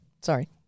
Sorry